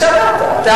זה מה שאמרת.